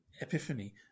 epiphany